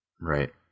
Right